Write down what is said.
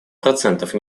процентов